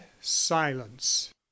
silence